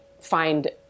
find